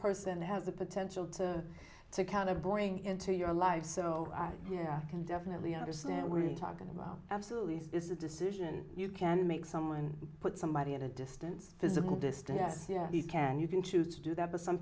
person has a potential to to counter boring into your life so yeah i can definitely understand where you're talking about absolutely this is a decision you can make someone put somebody at a distance physical distance as these can you can choose to do that but some